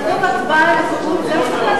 כתוב "הצבעה על הצעות סיכום",